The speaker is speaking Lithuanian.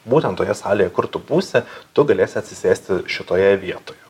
būtent toje salėje kur tu būsi tu galėsi atsisėsti šitoje vietoje